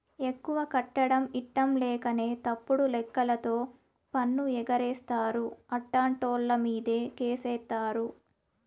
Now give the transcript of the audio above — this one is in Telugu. ఎక్కువ కట్టడం ఇట్టంలేకనే తప్పుడు లెక్కలతో పన్ను ఎగేస్తారు, అట్టాంటోళ్ళమీదే కేసేత్తారు